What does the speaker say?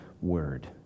word